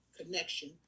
Connection